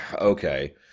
okay